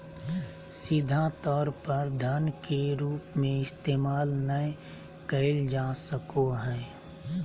सीधा तौर पर धन के रूप में इस्तेमाल नय कइल जा सको हइ